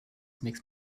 makes